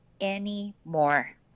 anymore